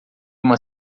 uma